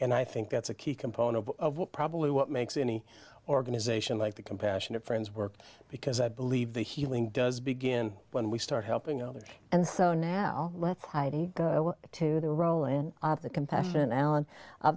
and i think that's a key component of what probably what makes any organization like the compassionate friends work because i believe the healing does begin when we start helping others and so now let's go to the role and the compassion alan